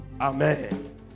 Amen